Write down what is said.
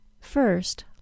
First